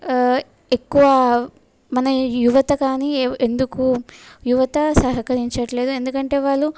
ఎక్కువ మన యువత కానీ ఎందుకు యువత సహకరించటం లేదు ఎందుకంటే వాళ్ళు